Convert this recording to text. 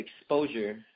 exposure